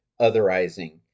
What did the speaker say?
otherizing